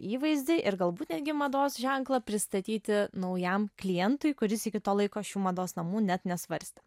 įvaizdį ir galbūt netgi mados ženklą pristatyti naujam klientui kuris iki to laiko šių mados namų net nesvarstė